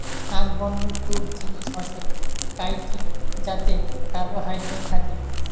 আক বন্য তুক জিনিস হসে কাইটিন যাতি কার্বোহাইড্রেট থাকি